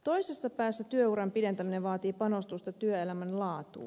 toisessa päässä työuran pidentäminen vaatii panostamista työelämän laatuun